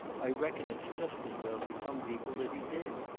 i reckon it's just as well for some people that he did.